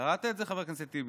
קראת את זה, חבר הכנסת טיבי?